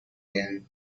again